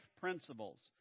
principles